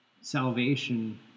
salvation